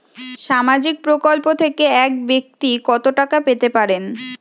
সামাজিক প্রকল্প থেকে এক ব্যাক্তি কত টাকা পেতে পারেন?